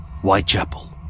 Whitechapel